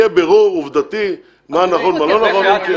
יהיה ברור עובדתי מה נכון ומה לא נכון.